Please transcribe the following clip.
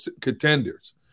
contenders